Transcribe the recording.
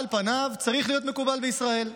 על פניו, צריך להיות מקובל בישראל.